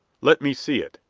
let me see it,